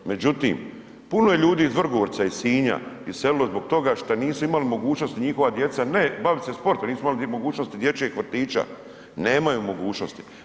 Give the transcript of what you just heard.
Međutim, puno je ljudi iz Vrgorca, iz Sinja iselilo zbog toga što nisu imali mogućnosti njihova djeca ne baviti se sportom, nisu imali mogućnosti dječjeg vrtića, nemaju mogućnosti.